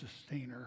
sustainer